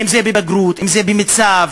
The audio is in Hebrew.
אם בבגרות, אם במיצ"ב,